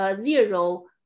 zero